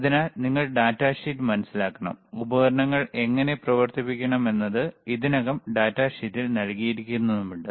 അതിനാൽ നിങ്ങൾ ഡാറ്റാഷീറ്റ് മനസിലാക്കണം ഉപകരണങ്ങൾ എങ്ങനെ പ്രവർത്തിപ്പിക്കണം എന്നത് ഇതിനകം ഡാറ്റാ ഷീറ്റിൽ നൽകിയിരിക്കുന്നുമുണ്ട്